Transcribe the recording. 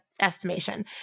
estimation